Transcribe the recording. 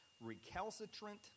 recalcitrant